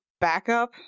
backup